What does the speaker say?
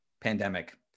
pandemic